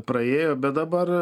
praėjo bet dabar